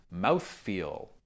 mouthfeel